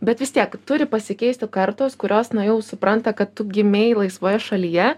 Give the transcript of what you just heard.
bet vis tiek turi pasikeisti kartos kurios na jau supranta kad tu gimei laisvoje šalyje